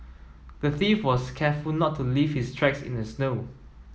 the thief was careful not to leave his tracks in the snow